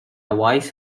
voice